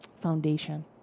foundation